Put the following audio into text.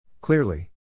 Clearly